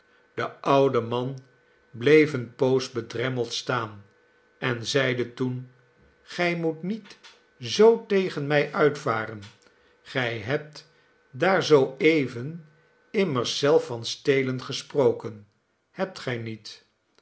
de oude man bleef eene poos bedremmeld staan en zeidetoen gij moet niet zoo tegen mij uitvaren gij hebt daar zoo even immers zelf van stelen gesproken hebt gij niet